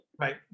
Right